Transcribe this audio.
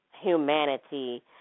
humanity